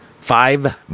Five